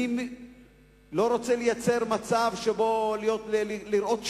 אני לא רוצה לראות שחורות,